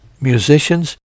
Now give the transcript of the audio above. musicians